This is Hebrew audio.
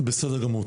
בסדר גמור.